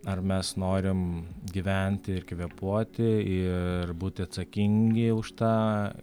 ar mes norim gyventi ir kvėpuoti ir būti atsakingi už tą